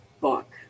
book